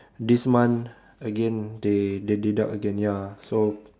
this month again they they deduct again ya so